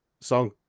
song